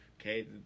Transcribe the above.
okay